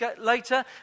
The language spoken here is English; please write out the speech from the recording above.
later